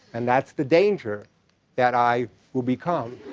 and that's the danger that i will become